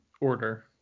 order